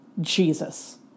Jesus